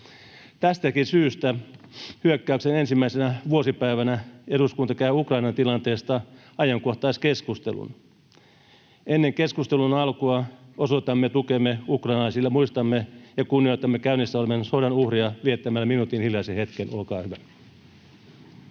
Tästäkin syystä hyökkäyksen ensimmäisenä vuosipäivänä eduskunta käy Ukrainan tilanteesta ajankohtaiskeskustelun. Ennen keskustelun alkua osoitamme tukemme ukrainalaisille. Muistamme ja kunnioitamme käynnissä olevan sodan uhreja viettämällä minuutin hiljaisen hetken. — Olkaa hyvä.